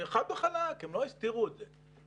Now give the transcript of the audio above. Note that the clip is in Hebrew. כך זה חד וחלק והם לא הסתירו את זה.